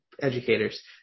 educators